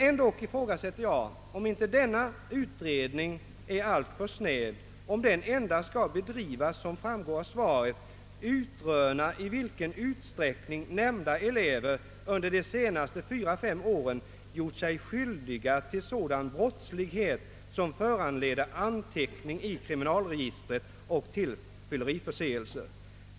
Ändå ifrågasätter jag, om inte denna utredning blir alltför snäv om den, såsom förutsätts i svaret, skall bedrivas endast för att utröna i vilken utsträckning nämnda elever under de senaste fyra å fem åren gjort sig skyldiga till sådan brottslighet som föranlett anteckning i kriminalregistret och till fylleriförseelse.